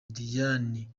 diane